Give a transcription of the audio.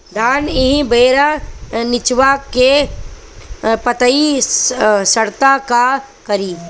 धान एही बेरा निचवा के पतयी सड़ता का करी?